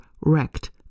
wrecked